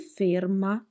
ferma